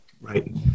right